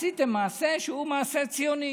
עשיתם מעשה שהוא מעשה ציוני,